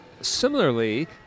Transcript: Similarly